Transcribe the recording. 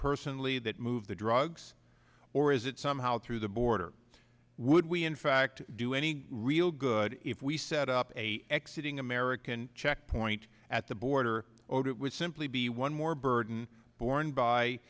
personally that move the drugs or is it somehow through the border would we in fact do any real good if we set up an exit ing american checkpoint at the border over it would simply be one more burden borne by